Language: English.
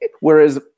whereas